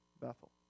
Bethel